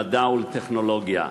למדע ולטכנולוגיה,